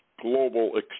global